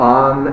on